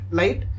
light